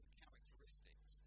characteristics